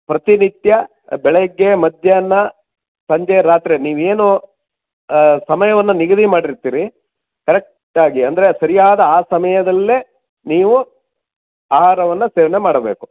ಪ್ರತಿ ನಿತ್ಯ ಬೆಳಗ್ಗೆ ಮಧ್ಯಾಹ್ನ ಸಂಜೆ ರಾತ್ರಿ ನೀವೇನು ಸಮಯವನ್ನು ನಿಗದಿ ಮಾಡಿರ್ತೀರಿ ಕರೆಕ್ಟಾಗಿ ಅಂದರೆ ಸರಿಯಾದ ಆ ಸಮಯದಲ್ಲೇ ನೀವು ಆಹಾರವನ್ನು ಸೇವನೆ ಮಾಡಬೇಕು